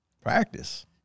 Practice